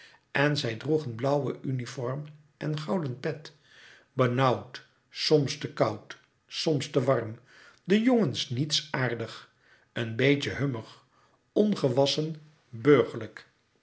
en zij droegen blauwe uniform en gouden pet benauwd soms te koud soms te warm de jongens niets aardig een beetje hummig ongewassch en burgerlijk